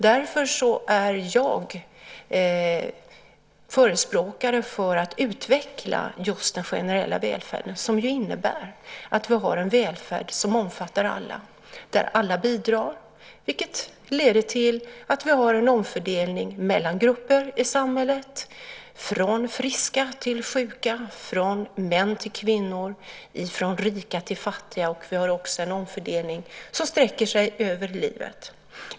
Därför är jag förespråkare för att utveckla just den generella välfärden. Det innebär att vi har en välfärd som omfattar alla där alla bidrar. Det leder till att vi har en omfördelning mellan grupper i samhället från friska till sjuka, från män till kvinnor och från rika till fattiga. Vi har också en omfördelning som sträcker sig över livet.